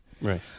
Right